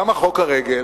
למה חוק הרגל?